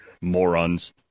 Morons